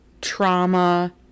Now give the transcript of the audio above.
trauma